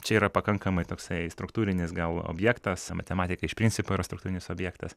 čia yra pakankamai toksai struktūrinis gal objektas matematika iš principo yra struktūrinis objektas